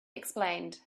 explained